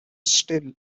still